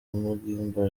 mugimba